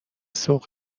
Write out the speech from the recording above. سوق